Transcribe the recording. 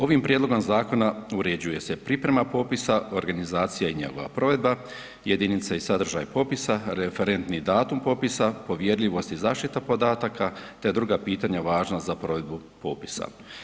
Ovim prijedlogom zakona uređuje se priprema popisa, organizacija i njegova provedba, jedinice i sadržaj popisa, referentni datum popisa, povjerljivost i zaštita podataka te druga pitanja važna za provedbu popisa.